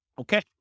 Okay